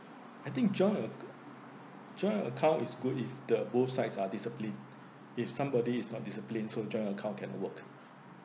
I think joint acct~ joint account is good if the both sides are discipline if somebody is not disciplined so joint account cannot work